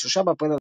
3 באפריל 2011